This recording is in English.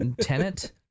tenant